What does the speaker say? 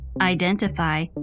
identify